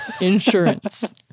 insurance